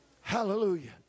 Hallelujah